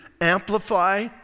amplify